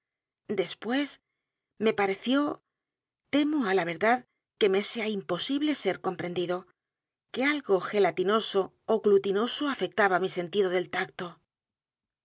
después me pareció temo á la verdad que me sea imposible ser comprendido que algo gelatinoso ó glutinoso afectaba mi sentido del tacto